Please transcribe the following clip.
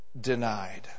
denied